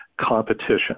competition